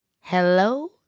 Hello